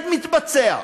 עוד לא יצאנו מפתח החדר,